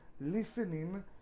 listening